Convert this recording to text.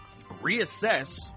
reassess